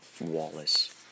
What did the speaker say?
Wallace